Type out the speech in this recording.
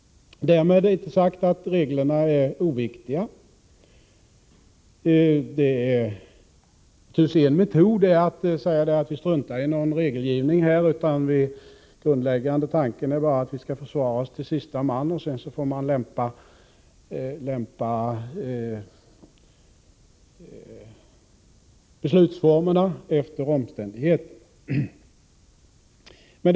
Därmed är inte sagt att reglerna är oviktiga. En metod är naturligtvis att säga: Vi struntar i all regelgivning. Den grundläggande tanken är att vi skall försvara oss till sista man, och sedan får man lämpa beslutsformerna efter omständigheterna.